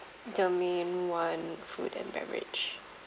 domain one food and beverage